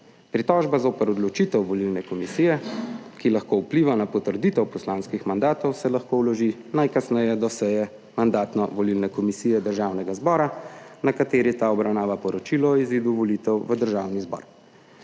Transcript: Pritožba zoper odločitev volilne komisije, ki lahko vpliva na potrditev poslanskih mandatov, se lahko vloži najkasneje do seje mandatno-volilne komisije Državnega zbora, na kateri ta obravnava poročilo o izidu volitev v Državni zbor,